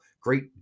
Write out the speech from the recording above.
Great